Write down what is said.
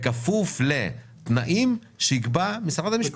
בכפוף לתנאים שיקבע משרד המשפטים.